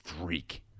freak